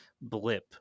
blip